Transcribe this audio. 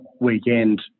weekend